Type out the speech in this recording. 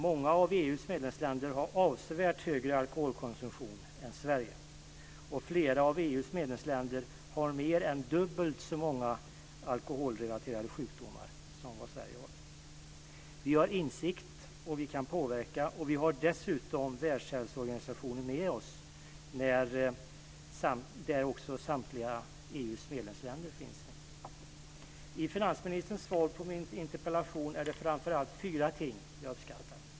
Många av EU:s medlemsländer har avsevärt högre alkoholkonsumtion än Sverige, och flera av EU:s medlemsländer har mer än dubbelt så många alkoholrelaterade sjukdomar som Sverige. Vi har insikt, och vi kan påverka. Vi har dessutom Världshälsoorganisationen med oss, där också samtliga EU:s medlemsländer finns med. I finansministerns svar på min interpellation är det framför allt fyra ting jag uppskattar.